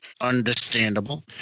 understandable